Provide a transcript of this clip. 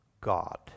God